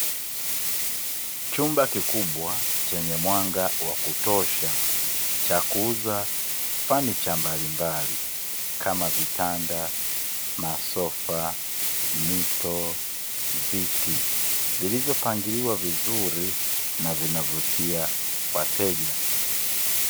Chumba kikubwa chenye mwanga wa kutosha cha kuuza samani mbali mbali kama vitanda, masofa, mito, viti vilivyo pangiliwa vizuri na vinavutia wateja.